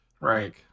Right